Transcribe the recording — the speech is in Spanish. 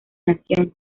nación